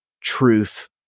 truth